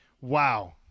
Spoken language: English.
wow